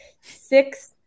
Six